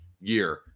year